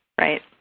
right